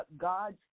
God's